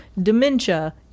dementia